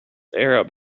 arab